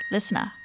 Listener